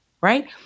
right